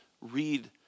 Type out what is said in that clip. read